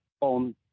on